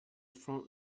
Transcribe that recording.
front